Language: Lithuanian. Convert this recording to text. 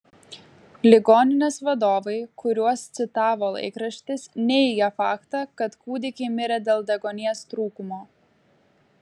ligoninės vadovai kuriuos citavo laikraštis neigė faktą kad kūdikiai mirė dėl deguonies trūkumo